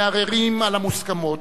מערערים על המוסכמות.